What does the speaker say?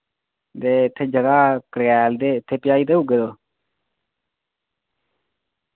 ते इत्थै जगह कल्यैल ते इत्थे पजाई देऊगे तुस